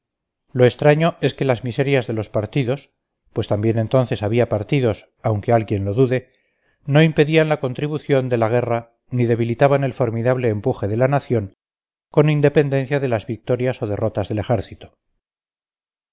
lo extraño es que las miserias de los partidos pues también entonces había partidos aunque alguien lo dude no impedían la continuación de la guerra ni debilitaban el formidable empuje de la nación con independencia de las victorias o derrotas del ejército